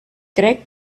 crec